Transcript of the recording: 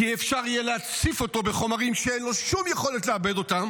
כי אפשר יהיה להציף אותו בחומרים שאין לו שום יכולת לעבד אותם.